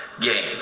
game